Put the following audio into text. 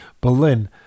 Berlin